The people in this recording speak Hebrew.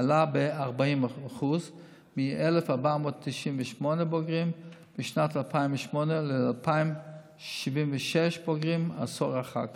עלה ב-40% מ-1,498 בוגרים בשנת 2008 ל-2,076 בוגרים עשור אחר כך,